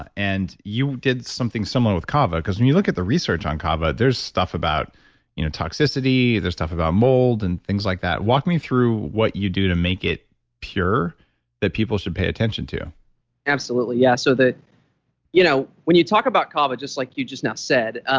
ah and you did something similar with kava because when you look at the research on kava, there's stuff about you know toxicity. there's stuff about mold and things like that walk me through what you do to make it pure that people should pay attention to absolutely, yeah. so you know when you talk about kava, just like you just now said,